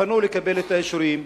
פנו לקבל את האישורים,